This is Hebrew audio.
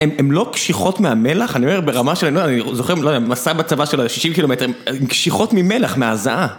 הן לא קשיחות מהמלח, אני אומר ברמה שלהן, אני זוכר מסע בצבא שלהן, 60 קילומטרים, קשיחות ממלח, מהזעה.